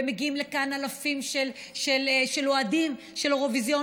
ומגיעים לכאן אלפי אוהדים של האירוויזיון